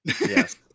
yes